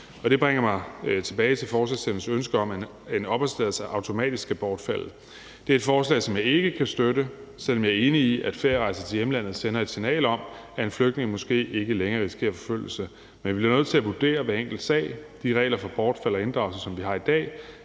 Det bringer mig tilbage til forslagsstillernes ønske om, at en opholdstilladelse automatisk skal bortfalde. Det er et forslag, som jeg ikke kan støtte, selv om jeg er enig i, at ferierejser til hjemlandet sender et signal om, at en flygtning måske ikke længere risikerer forfølgelse, men vi bliver nødt til at vurdere hver enkelt sag. De regler for bortfald og inddragelse, som vi har i dag,